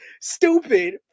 stupid